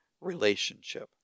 relationship